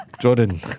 Jordan